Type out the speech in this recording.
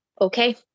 okay